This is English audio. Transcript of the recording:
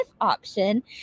option